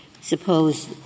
Suppose